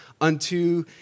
unto